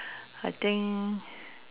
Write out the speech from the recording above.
I think